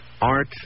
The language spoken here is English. Art